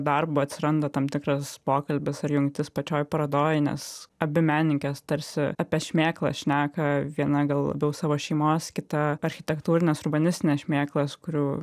darbu atsiranda tam tikras pokalbis ar jungtis pačioj parodoj nes abi menininkės tarsi apie šmėklą šneka viena gal labiau savo šeimos kita architektūrines urbanistines šmėklas kurių